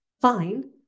fine